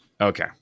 okay